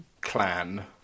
clan